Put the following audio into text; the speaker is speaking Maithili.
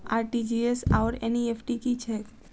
आर.टी.जी.एस आओर एन.ई.एफ.टी की छैक?